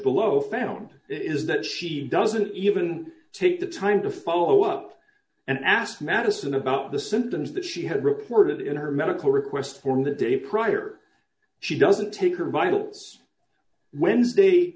below found is that she doesn't even take the time to follow up and asked madison about the symptoms that she had reported in her medical request form the day prior she doesn't take